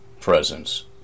presence